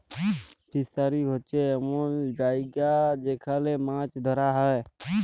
fishery হছে এমল জায়গা যেখালে মাছ ধ্যরা হ্যয়